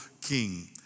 King